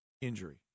injury